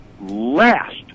last